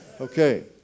Okay